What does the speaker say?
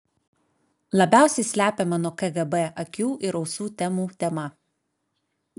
labiausiai slepiama nuo kgb akių ir ausų temų tema